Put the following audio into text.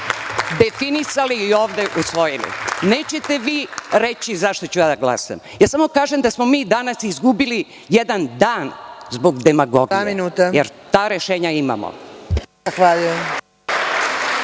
definisali i ovde usvojili. Nećete vi reći za šta ću ja da glasam. Samo kažem da smo mi danas izgubili jedan dan zbog demagogije, jer ta rešenja imamo. **Gordana